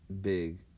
big